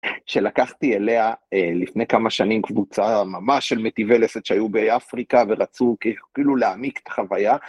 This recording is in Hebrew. שלקחתי אליה לפני כמה שנים קבוצה ממש של מיטיבי לסת שהיו באפריקה ורצו כאילו להעמיק את החוויה.